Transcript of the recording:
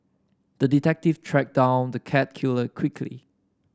the detective tracked down the cat killer quickly